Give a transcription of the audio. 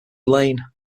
lane